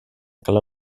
calor